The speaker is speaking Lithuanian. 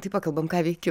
tai pakalbam ką veiki